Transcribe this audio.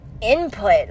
input